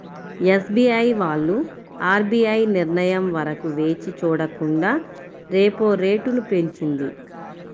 SBI వాళ్ళు RBI నిర్ణయం వరకు వేచి చూడకుండా రెపో రేటును పెంచింది